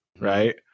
right